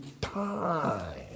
time